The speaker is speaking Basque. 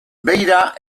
beira